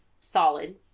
solid